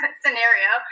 scenario